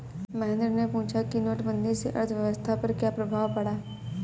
महेंद्र ने पूछा कि नोटबंदी से अर्थव्यवस्था पर क्या प्रभाव पड़ा